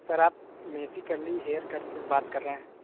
sir आप messy curly hair cut से बात कर रहे हैं